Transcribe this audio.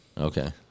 Okay